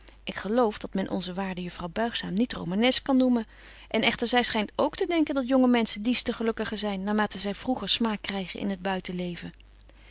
ik geloof dat men onze waarde juffrouw buigzaam niet romanesk kan noemen en echter zy schynt k te denken dat jonge menschen dies te gelukkiger zyn naar mate zy vroeger smaak krygen in het buitenleven